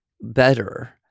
better